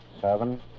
seven